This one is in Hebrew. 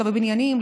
לא בבניינים,